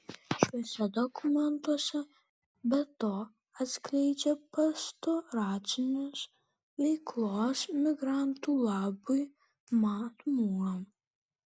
šiuose dokumentuose be to atsiskleidžia pastoracinis veiklos migrantų labui matmuo